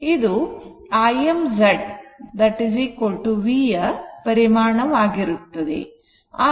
ಇದು Im Z V ಪರಿಮಾಣವಾಗಿರುತ್ತದೆ